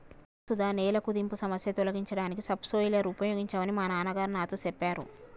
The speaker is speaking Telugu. అవును సుధ నేల కుదింపు సమస్య తొలగించడానికి సబ్ సోయిలర్ ఉపయోగించమని మా నాన్న గారు నాతో సెప్పారు